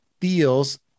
feels